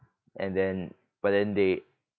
and then but then they